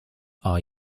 are